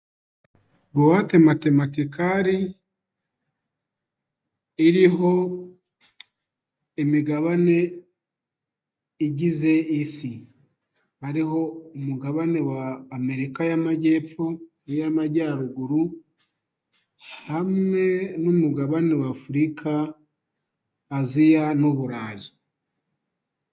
Buwate matematikale iriho imigabane igize isi, hariho umugabane w'America y'amajyepfo n'iy'amajyaruguru hamwe n'umugabane w'Africa, Aziya n'Uburayi.